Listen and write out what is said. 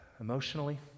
emotionally